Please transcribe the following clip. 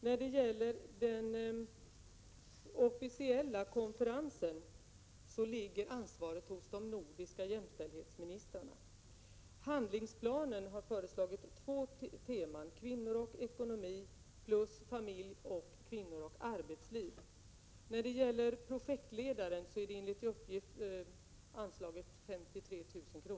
När det gäller den officiella konferensen ligger ansvaret hos de nordiska jämställdhetsministrarna. Handlingsplanen har föreslagit två teman: Kvinnor och ekonomi och Familj, kvinnor och arbetsliv. För projektledaren har det enligt uppgift anslagits 58 500 kr.